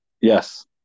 Yes